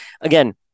again